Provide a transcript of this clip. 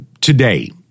today